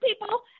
people